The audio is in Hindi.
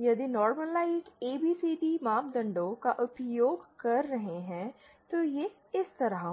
यदि नॉर्मलआईजड ABCD मापदंडों का उपयोग कर रहे हैं तो यह इस तरह होगा